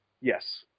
yes